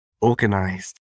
organized